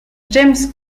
james